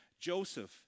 Joseph